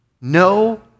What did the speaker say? No